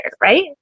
right